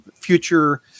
future